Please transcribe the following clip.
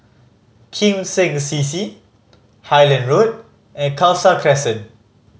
Kim Seng C C Highland Road and Khalsa Crescent